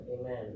Amen